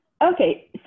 Okay